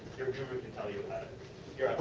your guru can tell you about it.